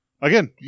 Again